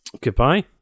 Goodbye